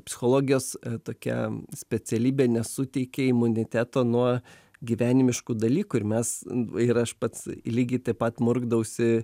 psichologijos tokia specialybė nesuteikia imuniteto nuo gyvenimiškų dalykų ir mes ir aš pats lygiai taip pat murkdausi